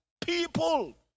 people